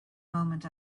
moment